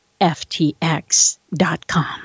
FTX.com